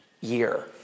year